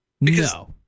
No